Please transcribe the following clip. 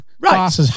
Right